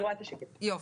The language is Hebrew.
כן.